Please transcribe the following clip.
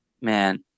man